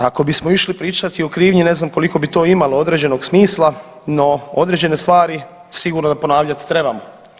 A ako bismo išli pričati o krivnji ne znam koliko bi to imalo određenog smisla, no određene stvari sigurno da ponavljat trebamo.